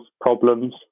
problems